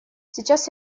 сейчас